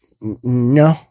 no